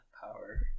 power